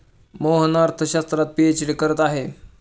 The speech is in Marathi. मोहन अर्थशास्त्रात पीएचडी करत आहे